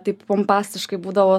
taip pompastiškai būdavo